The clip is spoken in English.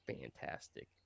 fantastic